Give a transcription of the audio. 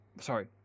sorry